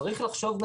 צריך לחשובי